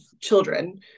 children